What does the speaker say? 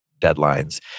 deadlines